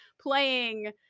playing